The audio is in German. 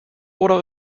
oder